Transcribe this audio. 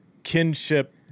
kinship